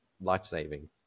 life-saving